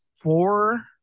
four